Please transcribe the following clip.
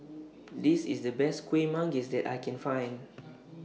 This IS The Best Kueh Manggis that I Can Find